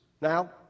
Now